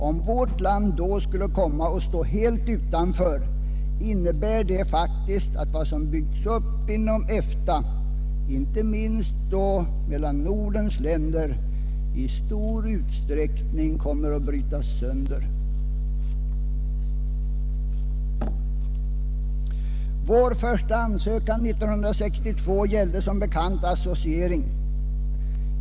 Om vårt land då skulle komma att stå helt utanför innebär det att vad som byggts upp inom EFTA — inte minst mellan Nordens länder — i stor utsträckning kommer att brytas sönder. Vår första ansökan 1962 gällde som bekant associering.